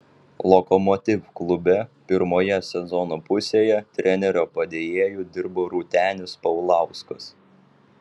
lokomotiv klube pirmoje sezono pusėje trenerio padėjėju dirbo rūtenis paulauskas